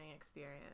experience